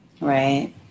right